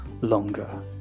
longer